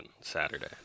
Saturday